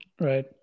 Right